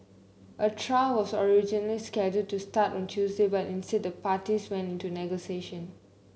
a trial was originally scheduled to start on Tuesday but instead the parties went into negotiation